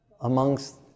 amongst